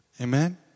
Amen